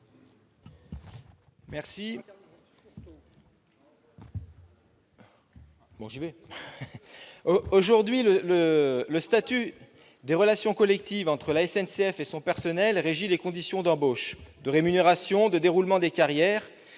sur l'article. Aujourd'hui, le statut des relations collectives entre la SNCF et son personnel régit les conditions d'embauche, de rémunération et de déroulement des carrières,